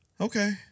okay